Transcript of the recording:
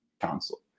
Council